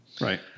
Right